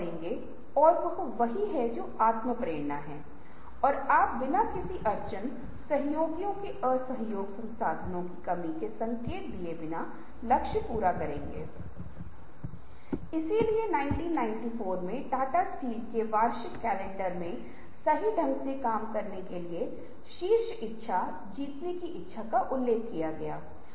आम तौर पर एक छोटा समूह अधिकतम आठ या दस व्यक्तियों या बारह व्यक्तियों से समझौता करता है जैसे गुणवत्ता मंडलियों में हमारे पास दस या बारह व्यक्तियों वाले या दस व्यक्तियों का यह छोटा समूह होता है